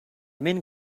men